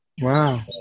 Wow